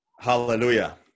Hallelujah